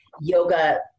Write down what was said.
yoga